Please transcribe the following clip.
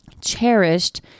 cherished